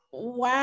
Wow